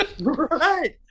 Right